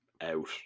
Out